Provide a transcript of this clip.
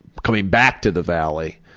coming back to the valley,